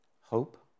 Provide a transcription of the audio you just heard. hope